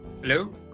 Hello